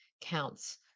counts